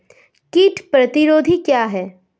कीट प्रतिरोधी क्या है?